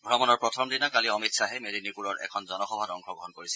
ভ্ৰমণৰ প্ৰথম দিনা কালি অমিত খাহে মেদিনীপুৰৰ এখন জনসভাত অংশগ্ৰহণ কৰিছিল